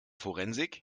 forensik